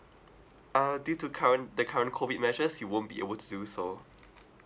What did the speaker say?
err due to current the current COVID measures you won't be able to do so